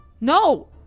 No